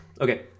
Okay